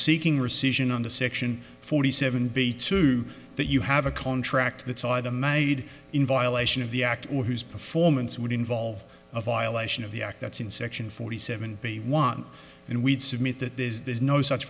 seeking rescission under section forty seven b two that you have a contract that saw them i did in violation of the act or whose performance would involve a violation of the act that's in section forty seven they want and we'd submit that there is there's no such